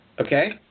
Okay